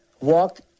walk